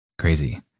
Crazy